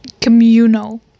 communal